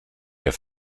der